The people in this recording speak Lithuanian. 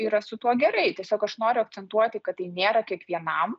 yra su tuo gerai tiesiog aš noriu akcentuoti kad tai nėra kiekvienam